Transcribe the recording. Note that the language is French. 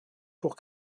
pour